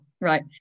Right